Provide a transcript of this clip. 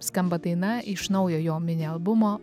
skamba daina iš naujojo mini albumo